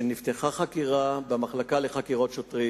שנפתחה חקירה במחלקה לחקירות שוטרים.